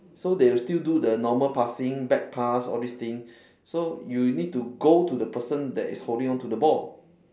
so they will still do the normal passing back pass all this thing so you will need to go to the person that is holding on to the ball